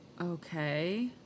Okay